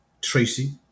Tracy